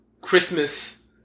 Christmas